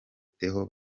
theo